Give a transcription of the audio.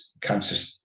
cancer